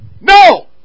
No